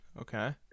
Okay